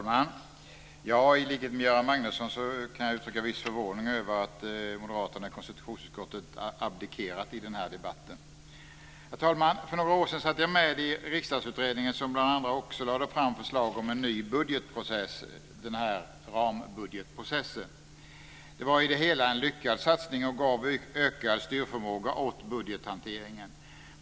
Herr talman! I likhet med Göran Magnusson kan jag uttrycka en viss förvåning över att moderaterna i konstitutionsutskottet har abdikerat i den här debatten. Herr talman! För några år sedan satt jag med i Riksdagsutredningen som bland andra lade fram förslag om en ny budgetprocess - rambudgetprocessen. Det var i det stora hela en lyckad satsning och gav ökad styrförmåga åt budgethanteringen.